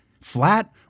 Flat